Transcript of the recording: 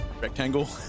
rectangle